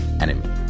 enemy